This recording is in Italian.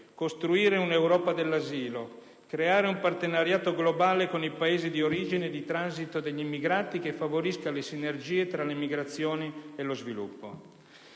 costruire un'Europa dell'asilo; creare un partenariato globale con i Paesi di origine e di transito degli immigrati che favorisca le sinergie tra le migrazioni e lo sviluppo.